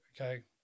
okay